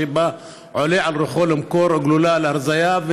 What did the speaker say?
מי שבא ועולה על רוחו למכור גלולה להרזיה?